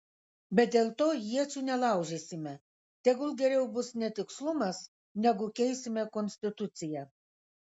bet dėl to iečių nelaužysime tegul geriau bus netikslumas negu keisime konstituciją